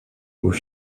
aux